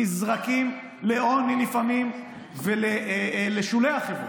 הם נזרקים לפעמים לעוני ולשולי החברה.